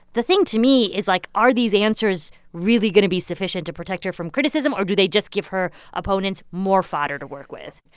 the thing to me is, like, are these answers really going to be sufficient to protect her from criticism, or do they just give her opponents more fodder to work with?